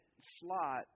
slot